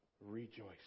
rejoice